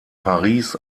paris